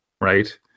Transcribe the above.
Right